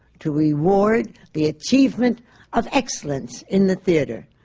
to reward the achievement of excellence in the theatre.